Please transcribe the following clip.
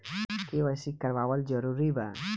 KYC करवावल जरूरी बा?